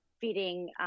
feeding